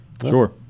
Sure